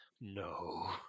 no